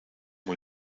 muy